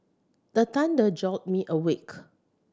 the thunder jolt me awake